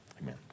Amen